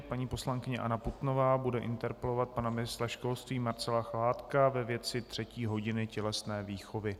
Paní poslankyně Anna Putnová bude interpelovat pana ministra školství Marcela Chládka ve věci třetí hodiny tělesné výchovy.